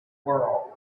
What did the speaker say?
world